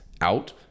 out